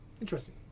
Interesting